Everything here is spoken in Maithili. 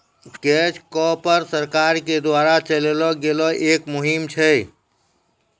कैच कॉर्प सरकार के द्वारा चलैलो गेलो एक मुहिम छै